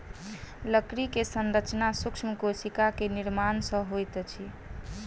लकड़ी के संरचना सूक्ष्म कोशिका के निर्माण सॅ होइत अछि